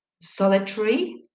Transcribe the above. solitary